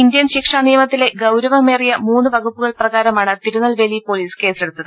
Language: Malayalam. ഇന്ത്യൻ ശിക്ഷാ നിയമത്തിലെ ഗൌരവമേറിയ മൂന്ന് വകുപ്പുകൾ പ്രകാരമാണ് തിരുനെൽവേലി പൊലീസ് കേസെടുത്തത്